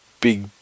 big